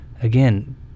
again